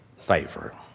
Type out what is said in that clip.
favor